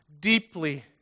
deeply